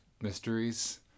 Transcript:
mysteries